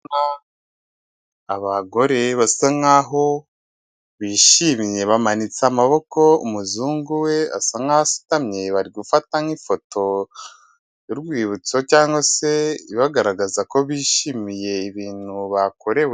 Abagore basa nkaho bishimye bamanitse amaboko umuzungu we asa nkaho asutamye bari gufata nk'ifoto y'urwibutso cyangwa se bagaragaza ko bishimiye ibintu bakorewe.